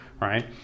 right